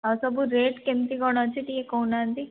ଆଉ ସବୁ ରେଟ୍ କେମିତି କ'ଣ ଅଛି ଟିକେ କହୁନାହାନ୍ତି